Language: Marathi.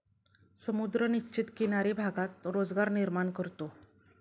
समुद्र निश्चित किनारी भागात रोजगार निर्माण करतो